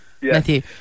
Matthew